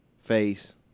Face